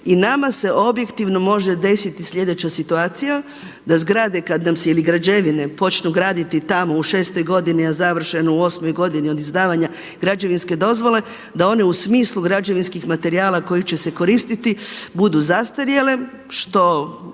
i nama se objektivno može desiti sljedeća situacija, da zgrade ili građevine kada nam se počnu graditi tamo u šestoj godini, a završeno u osmoj godini od izdavanja građevinske dozvole da one u smislu građevinskih materijala koji će se koristiti budu zastarjele što